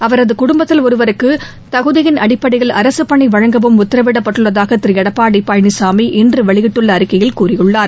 அவரது குடும்பத்தில் ஒருவருக்கு தகுதியின் அடிப்படையில் அரசுப் பணி வழங்கவும் உத்தரவிடப்பட்டுள்ளதாக திரு எடப்பாடி பழனிசாமி இன்று வெளியிட்டுள்ள அறிக்கையில் கூறியுள்ளார்